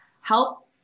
help